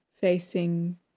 facing